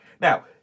Now